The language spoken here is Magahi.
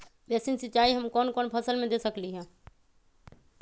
बेसिन सिंचाई हम कौन कौन फसल में दे सकली हां?